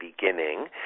beginning